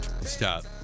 stop